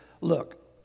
look